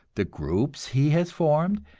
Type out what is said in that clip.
the groups he has formed,